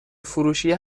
فروشیه